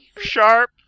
sharp